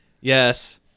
Yes